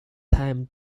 time